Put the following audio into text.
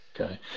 Okay